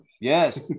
Yes